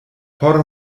por